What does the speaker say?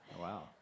Wow